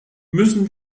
müssen